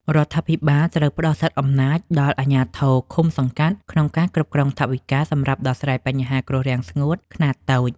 រដ្ឋាភិបាលត្រូវផ្តល់សិទ្ធិអំណាចដល់អាជ្ញាធរឃុំសង្កាត់ក្នុងការគ្រប់គ្រងថវិកាសម្រាប់ដោះស្រាយបញ្ហាគ្រោះរាំងស្ងួតខ្នាតតូច។